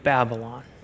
Babylon